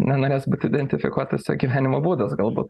nenorės būt identifikuotas jo gyvenimo būdas galbūt